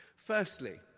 Firstly